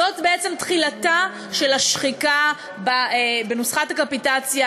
זאת בעצם תחילתה של השחיקה בנוסחת הקפיטציה,